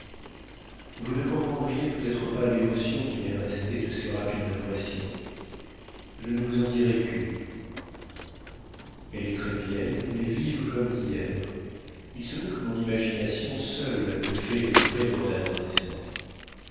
vous ne comprendriez peut-être pas l'émotion qui m'est restée de ces rapides impressions je ne vous en dirai qu'une elle est très vieille mais vive comme d'hier il se peut que mon imagination seule ait fait les frais de mon attendrissement